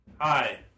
Hi